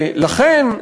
לכן,